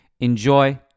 Enjoy